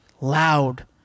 loud